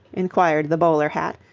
inquired the bowler hat,